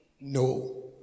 No